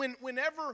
whenever